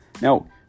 Now